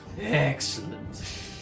Excellent